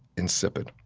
insipid.